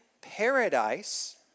paradise